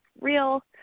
real